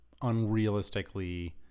unrealistically